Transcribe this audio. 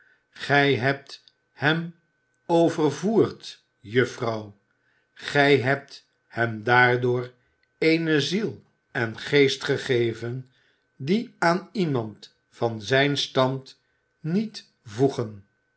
gij hebt hem overvoerd juffrouw gij hebt hem daardoor eene ziel en geest gegeven die aan iemand van zijn stand niet voegen